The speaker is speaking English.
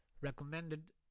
recommended